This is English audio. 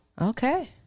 Okay